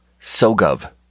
SOGOV